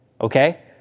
okay